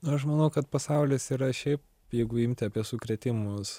na aš manau kad pasaulis yra šiaip jeigu imti apie sukrėtimus